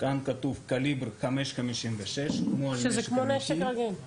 כאן כתוב קליבר 5.56, כמו נשק אמיתי.